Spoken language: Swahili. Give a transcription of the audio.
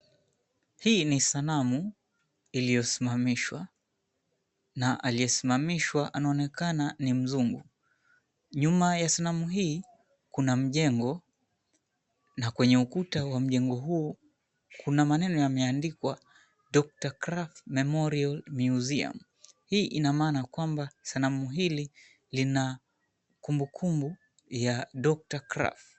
Hii ni sanamu iliyosimamishwa na aliyesimamiahwa anaonekana ni mzungu . Nyuma ya sanamu hii Kuna mjengo na kwenye ukuta wa mjengo huu kuna maneno yameandikwa Dr Kraff Memorial Museum. Hii ina maana kwamba sanamu hili lina kumbukumbu ya Dr Kraff.